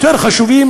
יותר חשובים,